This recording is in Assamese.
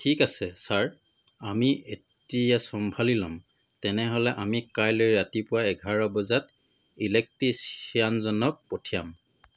ঠিক আছে ছাৰ আমি এতিয়া চম্ভালি ল'ম তেনেহ'লে আমি কাইলৈ ৰাতিপুৱা এঘাৰ বজাত ইলেক্ট্ৰিচিয়ানজনক পঠিয়াম